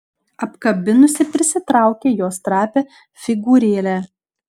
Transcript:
apkabinusi prisitraukė jos trapią figūrėlę